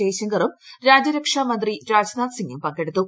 ജയശങ്കറും രാജ്യരക്ഷാ മന്ത്രി രാജ്നാഥ് സിങും പങ്കെടുത്തു